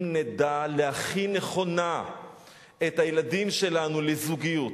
אם נדע להכין נכונה את הילדים שלנו לזוגיות,